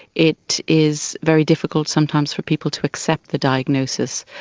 it is very difficult sometimes for people to accept the diagnosis.